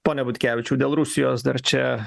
pone butkevičiau dėl rusijos dar čia